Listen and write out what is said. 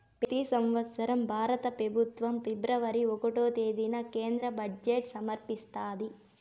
పెతి సంవత్సరం భారత పెబుత్వం ఫిబ్రవరి ఒకటో తేదీన కేంద్ర బడ్జెట్ సమర్పిస్తాది